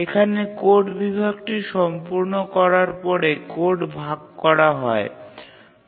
এখানে কোড বিভাগটি সম্পন্ন করার পরে কোড ভাগ করা হয়